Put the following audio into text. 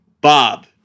Bob